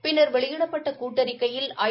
பின்னர் வெளியிடப்பட்ட கூட்டறிக்கையில் ஐ